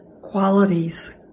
qualities